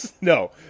No